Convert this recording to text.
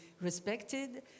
respected